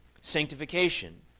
sanctification